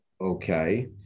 okay